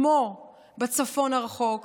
כמו בצפון הרחוק,